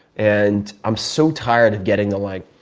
and i'm so tired of getting the like,